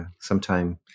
sometime